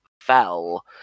fell